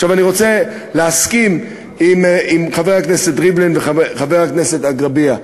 אני רוצה להסכים עם חבר הכנסת ריבלין ועם חבר הכנסת אגבאריה.